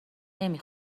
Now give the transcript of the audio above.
نمی